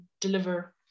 deliver